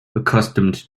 accustomed